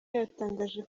yatangaje